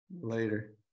Later